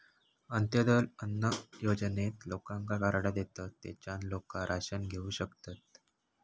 अंत्योदय अन्न योजनेत लोकांका कार्डा देतत, तेच्यान लोका राशन घेऊ शकतत